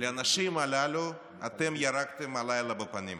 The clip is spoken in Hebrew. לאנשים הללו אתם ירקתם הלילה בפנים.